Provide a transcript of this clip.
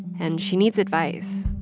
and she needs advice